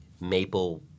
maple